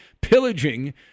pillaging